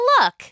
Look